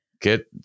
get